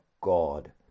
god